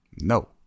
No